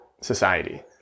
society